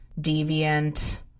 deviant